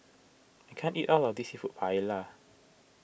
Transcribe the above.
I can't eat all of this Seafood Paella